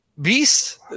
beast